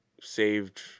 saved